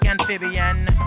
amphibian